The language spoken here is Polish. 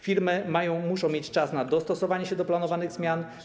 Firmy muszą mieć czas na dostosowanie się do planowanych zmian.